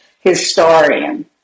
historian